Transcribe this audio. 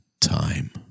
time